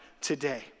today